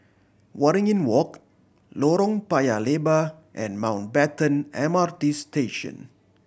Waringin Walk Lorong Paya Lebar and Mountbatten M R T Station